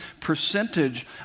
percentage